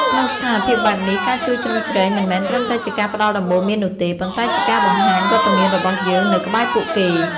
ក្នុងស្ថានភាពបែបនេះ ការជួយជ្រោមជ្រែងមិនមែនត្រឹមតែជាការផ្តល់ដំបូន្មាននោះទេ ប៉ុន្តែជាការបង្ហាញវត្តមានរបស់យើង នៅក្បែរពួកគេ។